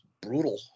brutal